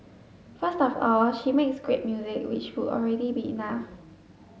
first of all she makes great music which would already be enough